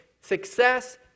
success